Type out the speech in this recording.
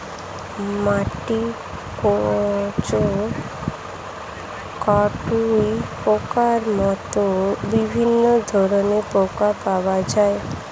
মাটিতে কেঁচো, কাটুই পোকার মতো বিভিন্ন ধরনের পোকা পাওয়া যায়